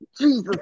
Jesus